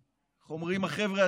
איך אומרים החבר'ה?